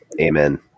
amen